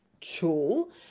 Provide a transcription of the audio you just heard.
tool